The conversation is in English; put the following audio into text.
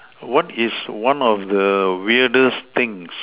what is one of the weirdest things